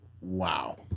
Wow